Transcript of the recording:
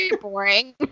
boring